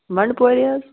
بنٛڈٕ پورِ حظ